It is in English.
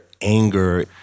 anger